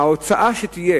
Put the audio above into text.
ההוצאה שתהיה